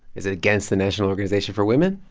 is it against the national organization for women?